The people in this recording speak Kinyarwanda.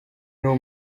n’uwo